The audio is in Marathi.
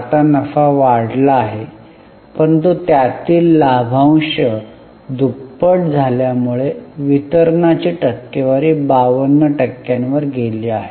आता नफा वाढला आहे परंतु त्यातील लाभांश दुप्पट झाल्यामुळे वितरणाची टक्केवारी 52 टक्क्यांवर गेली आहे